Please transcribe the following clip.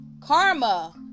karma